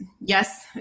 yes